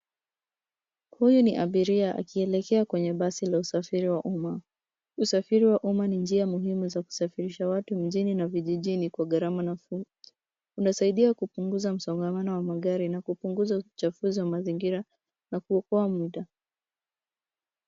Huyu ni abiria akielekea kwenye basi la usafiri wa umma. Usafiri wa umma ni njia muhimu za kusafirisha watu mjini na vijijini kwa gharama nafuu. Unasaidia kupunguza msongamano wa magari na kupunguza uchafuzi wa mazingira na kuokoa muda.